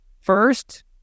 first